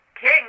King